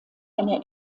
eine